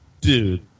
dude